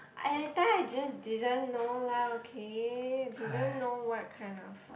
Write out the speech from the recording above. I that time I just didn't know lah okay didn't know what kind of